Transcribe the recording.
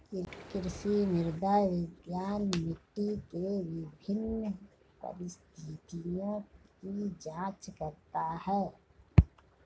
कृषि मृदा विज्ञान मिट्टी के विभिन्न परिस्थितियों की जांच करता है